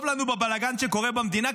טוב לנו בבלגן שקורה במדינה,